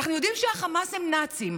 אנחנו יודעים שחמאס הם נאצים.